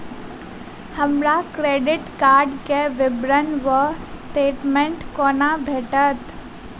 हमरा credit card केँ विवरण वा स्टेटमेंट कोना भेटत?